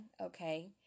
okay